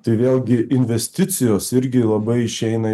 tai vėlgi investicijos irgi labai išeina